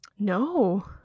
No